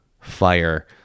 fire